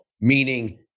meaning